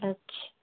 अच्छा